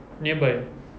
nearby